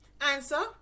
Answer